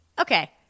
Okay